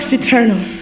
eternal